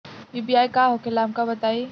UPI का होखेला हमका बताई?